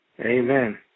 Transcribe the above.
Amen